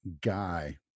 guy